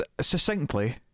succinctly